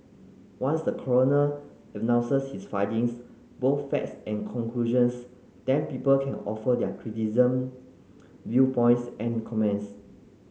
once the coroner announces his findings both facts and conclusions then people can offer their criticism viewpoints and comments